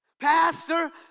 Pastor